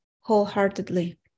wholeheartedly